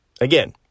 Again